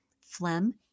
Phlegm